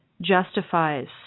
justifies